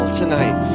tonight